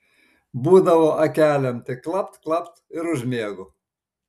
būdavo akelėm tik klapt klapt ir užmiegu